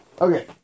Okay